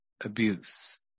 abuse